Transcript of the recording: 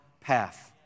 path